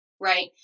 right